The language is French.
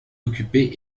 occupé